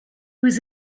was